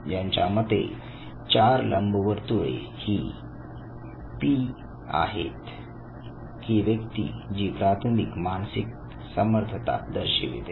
त्याच्या मते चार लंबवर्तुळ व्ही पी आहेत ही व्यक्ती जी प्राथमिक मानसिक समर्थता असते